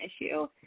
issue